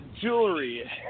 jewelry